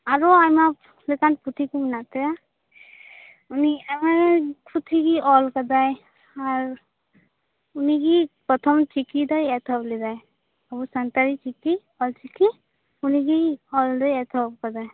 ᱟᱨᱦᱚᱸ ᱟᱭᱢᱟ ᱞᱮᱠᱟᱱ ᱯᱩᱛᱷᱤ ᱠᱚ ᱢᱮᱱᱟᱜ ᱛᱟᱭᱟ ᱩᱱᱤ ᱟᱭᱢᱟ ᱯᱩᱛᱷᱤ ᱜᱮᱭ ᱚᱞᱠᱟᱫᱟᱭ ᱟᱨ ᱩᱱᱤᱜᱮ ᱯᱨᱚᱛᱷᱚᱢ ᱪᱤᱠᱤ ᱫᱚᱭ ᱮᱛᱚᱦᱚᱵ ᱞᱮᱫᱟ ᱟᱵᱚ ᱥᱟᱱᱛᱟᱲᱤ ᱪᱤᱠᱤ ᱚᱞᱪᱤᱠᱤ ᱩᱱᱤᱜᱮ ᱚᱞᱫᱚᱭ ᱮᱛᱚᱦᱚᱵ ᱠᱟᱫᱟᱭ